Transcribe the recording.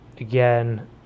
again